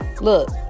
look